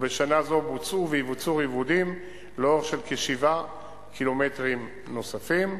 ובשנה זו בוצעו ויבוצעו ריבודים לאורך של כ-7 קילומטרים נוספים.